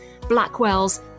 Blackwells